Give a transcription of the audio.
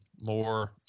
more